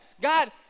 God